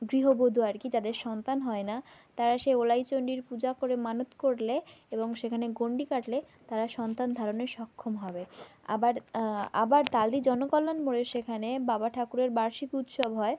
গৃহবধূ আর কি যাদের সন্তান হয় না তারা সেই ওলাই চন্ডীর পূজা করে মানত করলে এবং সেখানে গন্ডি কাটলে তারা সন্তান ধারণে সক্ষম হবে আবার আবার তালদি জনকল্যাণ মোড়ে সেখানে বাবা ঠাকুরের বার্ষিক উৎসব হয়